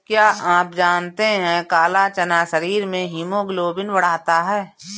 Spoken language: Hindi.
क्या आप जानते है काला चना शरीर में हीमोग्लोबिन बढ़ाता है?